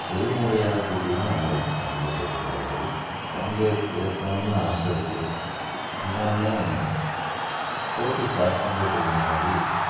தொழில் முறையான போட்டிகளில் நான் இது வரைக்கும் பங்கேற்றது கிடையாது பங்கு ஏற்கணும்னு ஆசயிருக்கு இன்னொன்று போட்டி ஸ்டார்ட் பண்ணுறதுக்கு முன்னாடி